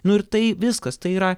nu ir tai viskas tai yra